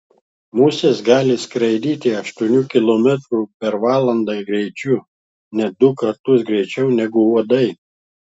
musės gali skraidyti aštuonių kilometrų per valandą greičiu net du kartus greičiau negu uodai